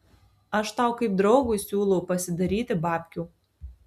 aš tau kaip draugui siūlau pasidaryti babkių